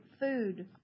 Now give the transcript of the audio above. food